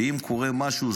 ואם קורה משהו,